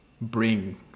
bring